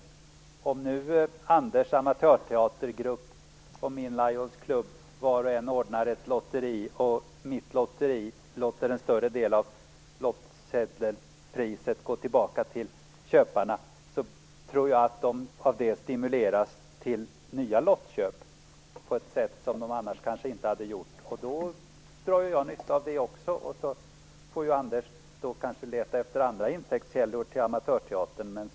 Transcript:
Anta att Anders Nilssons amatörteatergruppp och min Lions club var och en ordnar ett lotteri och att min förening låter en större del av lottpriset gå tillbaka till köparna. Då tror jag att köparna stimuleras till nya lottköp på ett sätt som de kanske inte hade gjort annars. Då drar jag nytta av det, medan Anders Nilsson kanske får leta efter andra intäktskällor till amatörteatern.